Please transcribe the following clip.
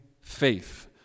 faith